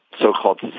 so-called